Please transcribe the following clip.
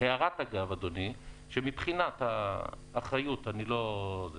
הערת אגב, אדוני מבחינת האחריות אני לא...